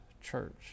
church